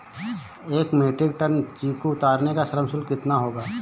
एक metric ton चीकू उतारने का श्रम शुल्क कितना होगा?